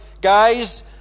guys